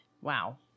Wow